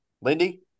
Lindy